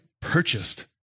purchased